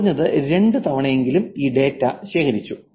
കുറഞ്ഞത് രണ്ട് തവണയെങ്കിലും ഈ ഡാറ്റ ശേഖരിച്ചു